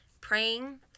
praying